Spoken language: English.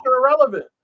Irrelevant